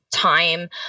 time